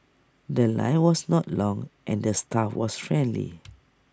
The Line was not long and the staff was friendly